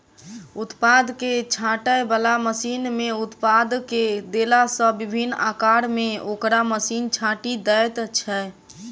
उत्पाद के छाँटय बला मशीन मे उत्पाद के देला सॅ विभिन्न आकार मे ओकरा मशीन छाँटि दैत छै